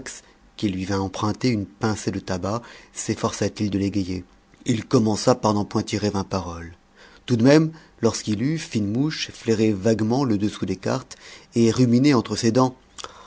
qui lui vint emprunter une pincée de tabac sefforça t il de l'égayer il commença par n'en point tirer vingt paroles tout de même lorsqu'il eut fine mouche flairé vaguement le dessous des cartes et ruminé entre ses dents